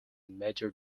major